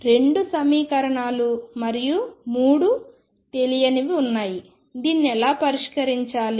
రెండు సమీకరణాలు మరియు మూడు తెలియనివి ఉన్నాయి దీన్ని ఎలా పరిష్కరించాలి